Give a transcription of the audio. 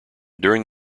during